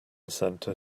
center